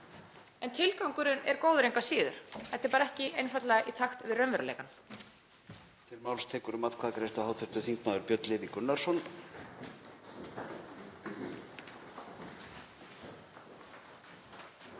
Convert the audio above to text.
en tilgangurinn er góður engu að síður. Þetta er bara einfaldlega ekki í takt við raunveruleikann.